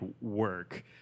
work